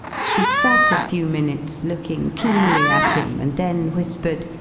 she sat a few minutes looking keenly at him, and then whispered,